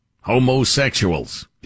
Homosexuals